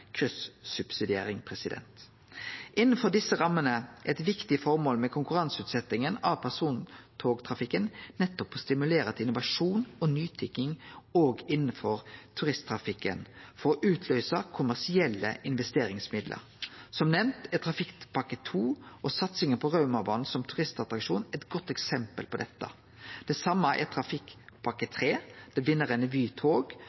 Innanfor desse rammene er eit viktig formål med konkurranseutsetjinga av persontogtrafikken nettopp å stimulere til innovasjon og nytenking òg innanfor turisttrafikken for å utløyse kommersielle investeringsmidlar. Som nemnd er Trafikkpakke 2 og satsinga på Raumabana som turistattraksjon eit godt eksempel på dette. Det same er